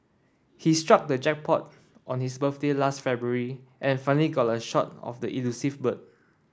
he struck the jackpot on his birthday last February and finally got a shot of the elusive bird